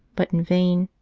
but in vain.